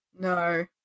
no